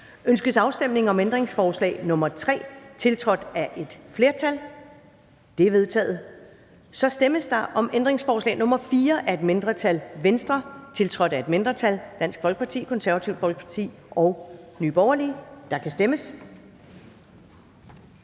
Ønskes afstemning om ændringsforslag nr. 3, tiltrådt af et flertal? Det er vedtaget. Så stemmes der om ændringsforslag nr. 4 af et mindretal (V), tiltrådt af et mindretal (DF, KF og NB), og der kan stemmes.